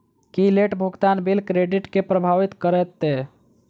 की late भुगतान bill credit केँ प्रभावित करतै?